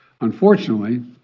Unfortunately